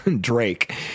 Drake